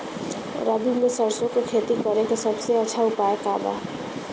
रबी में सरसो के खेती करे के सबसे अच्छा उपाय का बा?